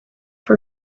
for